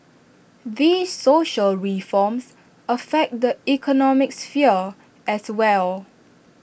these social reforms affect the economic sphere as well